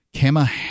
Kama